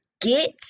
get